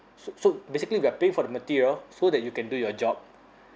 so so basically we're paying for the material so that you can do your job